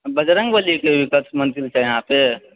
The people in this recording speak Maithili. बजरङ्ग बलीके बस मन्दिर छै यहाँपर